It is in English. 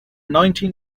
nineteen